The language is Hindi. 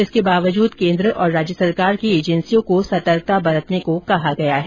इसके बावजूद केंद्र और राज्य सरकार की एजेंसियों को सतर्कता बरतने को कहा गया है